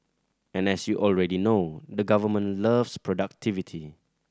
and as you already know the government loves productivity